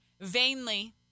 vainly